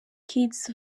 kidz